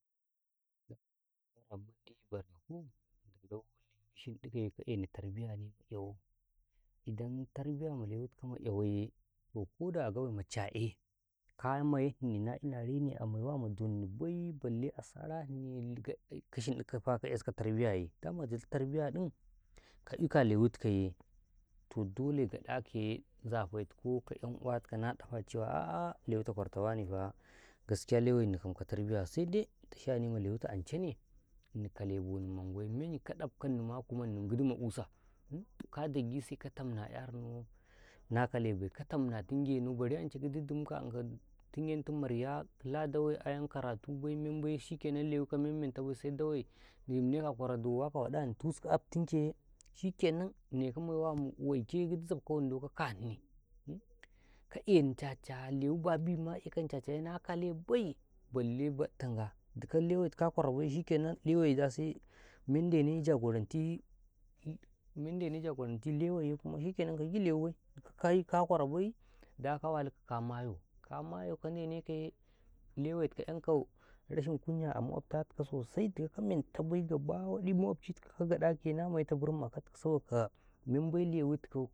﻿ Dama ditoh shawarama mandi barakaw ndelau lewi shiɗikaye ka eni tarbiya maƙyawo idan tarbiyama lewi tikaw maƙyawoye toh koda a gobe ma cha'e ka maiyini na ina reni a maiwuma donnibai bare a tsarani ka shinɗikaw ka esuka tarbiyaye dama ditoh tarbiyaɗin ka ikaw a leyi tikawye toh dole gaɗakaye nzafe tuku ka 'yan uwa tuku na dafa lalle lewata kwarta wanefa jire lewanikam ka tarbiya sede inta deman lewta anchai kam ini kale bohni mangwai memandi ka ɗafkani kumani gidfi ma ka dagise ka tanni a ƙyarno na kale bai ka tanni a tingenaw bare ance gidi din chinta tingentimma riya ala dawe ayam karatubai membai shikenan lewi kamani menta bai se dawe yinnekaw a kwaro asuka waɗani tusukaw aftinkiye shikenana nekaw maiwa waike gidi zafkaw wando ka kani ka eni chacha lewi babima eni chachye na kala bai bare batta ngwa dikaw lewe tikaw ka kwara baiye shikenan mende ne gaɗi mende ne gaɗi adomma lewe shikenan kagi lewi bai kai kwarabai daka walikaw ka mayaw ka mayaw ka ndene kaye lewe tikaw 'yankaw darta rashikunya amaƙotatikaw gam dikaw ka menta bai gaba wadi maƙochi tikaw ka gaɗa kaya na maita birinma akaw tikaw saboka membai lewi tikaw